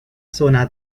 zona